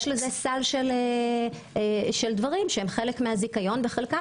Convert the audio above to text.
יש סך של דברים שהם חלק מהזיכיון וחלקם